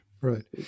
right